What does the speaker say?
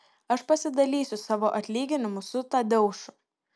aš pasidalysiu savo atlyginimu su tadeušu